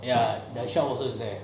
ya the shop also is there